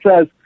says